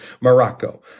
Morocco